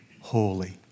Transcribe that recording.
holy